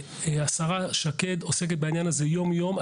השרה שקד עוסקת בעניין הזה יום יום.